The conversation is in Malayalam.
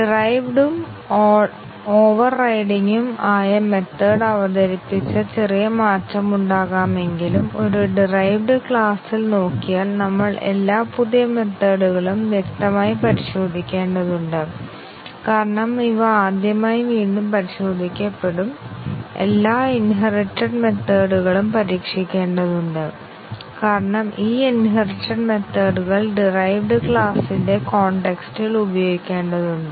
ഡിറൈവ്ഡും ഓവർറിഡൻ ഉം ആയ മെത്തേഡ് അവതരിപ്പിച്ച ചെറിയ മാറ്റമുണ്ടാകാമെങ്കിലും ഒരു ഡിറൈവ്ഡ് ക്ലാസ്സിൽ നോക്കിയാൽ നമ്മൾ എല്ലാ പുതിയ മെത്തേഡ്കളും വ്യക്തമായി പരിശോധിക്കേണ്ടതുണ്ട് കാരണം ഇവ ആദ്യമായി വീണ്ടും പരിശോധിക്കപ്പെടും എല്ലാ ഇൻഹെറിറ്റെഡ് മെത്തേഡ്കളും പരീക്ഷിക്കേണ്ടതുണ്ട് കാരണം ഈ ഇൻഹെറിറ്റെഡ് മെത്തേഡ്കൾ ഡിറൈവ്ഡ് ക്ലാസ് ന്റ്റെ കോൺടെക്സ്റ്റ് ഇൽ ഉപയോഗിക്കേണ്ടതുണ്ട്